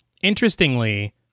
Interestingly